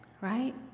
right